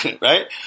Right